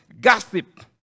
Gossip